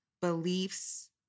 beliefs